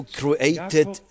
created